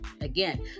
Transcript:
again